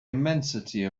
immensity